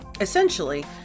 Essentially